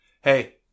Hey